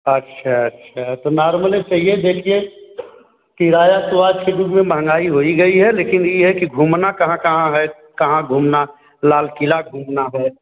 अच्छा अच्छा तो नार्मले चाहिए देखिए किराया तो आज के युग में महँगाई हो ही गई है लेकिन ये है कि घूमना कहाँ कहाँ है कहाँ घूमना लाल किला घूमना है